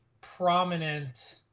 prominent